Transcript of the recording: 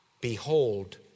behold